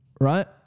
right